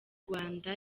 rwanda